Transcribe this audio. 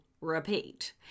repeat